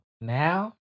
Now